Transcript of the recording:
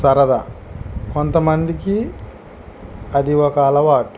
సరదా కొంతమందికి అది ఒక అలవాటు